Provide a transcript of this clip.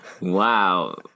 Wow